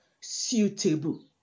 suitable